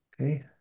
Okay